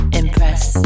impress